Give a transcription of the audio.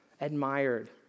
admired